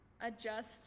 adjust